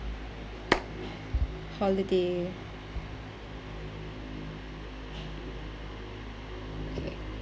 holiday okay